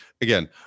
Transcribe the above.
again